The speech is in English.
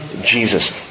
Jesus